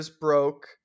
broke